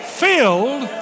filled